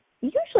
usually